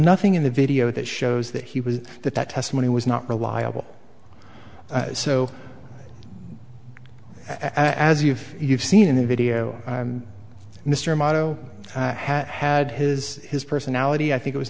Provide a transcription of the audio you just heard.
nothing in the video that shows that he was that that testimony was not reliable so as you've you've seen in the video mr moto had had his his personality i think it was